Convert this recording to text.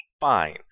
fine